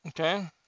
Okay